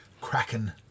Kraken